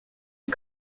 les